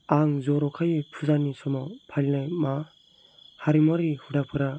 आं जर'खायै फुजानि समाव फालिनाय मा हारिमुवारि हुदाफोरा